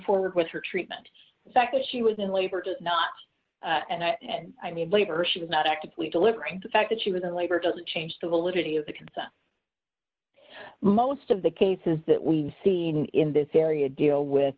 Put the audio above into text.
reported with her treatment the fact that she was in labor does not and i and i mean labor she was not actively delivering the fact that she was a labor doesn't change the validity of the consent most of the cases that we've seen in this area deal with